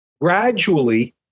gradually